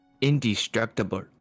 indestructible